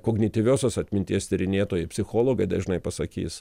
kognityviosios atminties tyrinėtojai psichologai dažnai pasakys